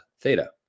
Theta